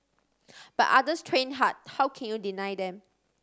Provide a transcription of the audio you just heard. but others train hard how can you deny them